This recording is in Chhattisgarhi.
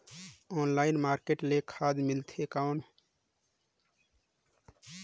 ऑनलाइन मार्केट ले खाद मिलथे कौन?